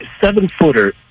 seven-footer